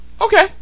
Okay